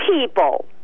people